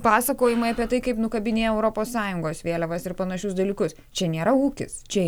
pasakojimai apie tai kaip nukabinėja europos sąjungos vėliavas ir panašius dalykus čia nėra ūkis čia